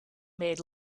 made